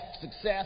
success